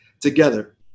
together